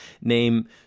name